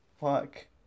fuck